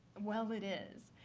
well, it is.